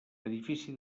edifici